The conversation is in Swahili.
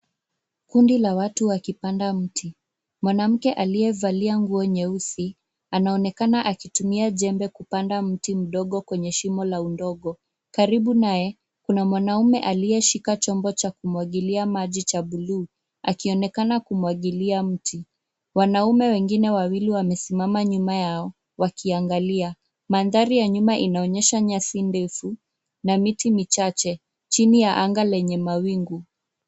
Kundi la watu wakipanda mti. Mwanamke aliyevalia nguo nyeusi anaonekana akitumia jembe kupanda mti mdogo kwenye shimo la udongo. Karibu naye, kuna mwanaume aliyeshika chombo cha kumwagilia maji cha buluu, akionekana kumwagilia mti. Wanaume wengine wawili wamesimama nyuma yao wakiangalia. Mandhari ya nyuma inaonyesha nyasi ndefu na miti michache chini ya anga lenye mawingu.